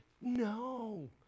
no